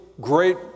great